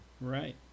Right